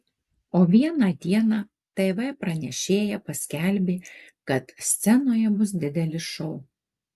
o vieną dieną tv pranešėja paskelbė kad scenoje bus didelis šou